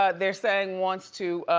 ah they're saying, wants to